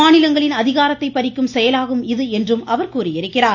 மாநிலங்களின் அதிகாரத்தை பறிக்கும் செயலாகும் இது என்று அவர் கூறியிருக்கிறார்